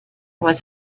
was